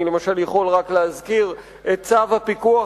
אני יכול רק להזכיר למשל את צו הפיקוח